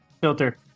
Filter